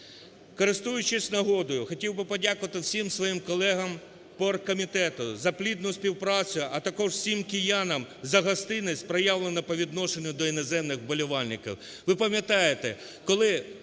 Користуючись нагодою, хотів би подякувати всім своїм колегам по Оргкомітету за плідну співпрацю, а також всім киянам за гостинність, проявлену по відношенню до іноземних вболівальників.